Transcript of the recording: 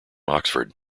oxford